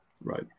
Right